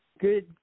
Good